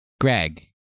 Greg